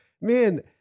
man